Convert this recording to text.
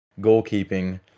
goalkeeping